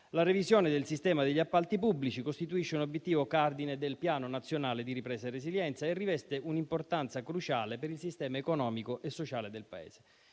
La revisione del sistema degli appalti pubblici costituisce un obiettivo cardine del Piano nazionale di ripresa e resilienza e riveste un'importanza cruciale per il sistema economico e sociale del Paese.